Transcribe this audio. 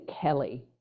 Kelly